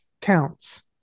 counts